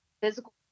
physical